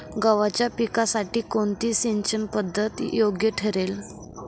गव्हाच्या पिकासाठी कोणती सिंचन पद्धत योग्य ठरेल?